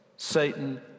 Satan